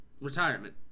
retirement